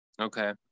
Okay